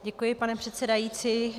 Děkuji, pane předsedající.